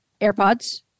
AirPods